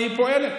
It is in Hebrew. והיא פועלת.